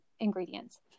ingredients